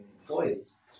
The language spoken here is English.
employees